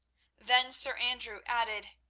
then sir andrew added,